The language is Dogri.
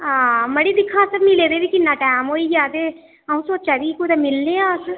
हां मड़ी दिक्ख हां असें मिले दे बी किन्ना टैम होई गेआ ते अ'ऊं सोच्चा दी ही कुतै मिलने आं अस